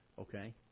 okay